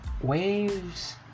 waves